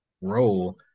role